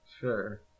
sure